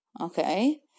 Okay